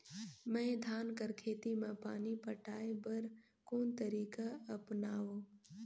मैं धान कर खेती म पानी पटाय बर कोन तरीका अपनावो?